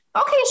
okay